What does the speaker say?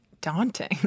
daunting